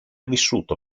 vissuto